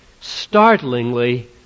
startlingly